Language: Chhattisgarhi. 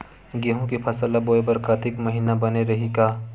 गेहूं के फसल ल बोय बर कातिक महिना बने रहि का?